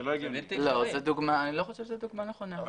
אני לא חושב שזאת דוגמה נכונה.